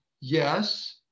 yes